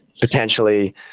potentially